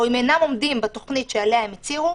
אם אינן עומדות בתוכנית שעליה הן הצהירו,